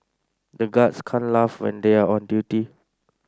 the guards can't laugh when they are on duty